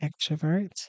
extrovert